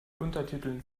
untertiteln